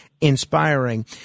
inspiring